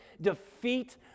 defeat